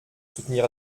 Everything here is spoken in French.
soutenir